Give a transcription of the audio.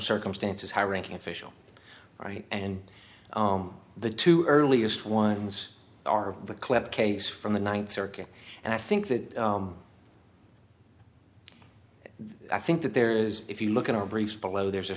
circumstances high ranking officials right and the two earliest ones are the club case from the ninth circuit and i think that i think that there is if you look at our briefs below there's a